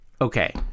okay